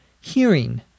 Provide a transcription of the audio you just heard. hearing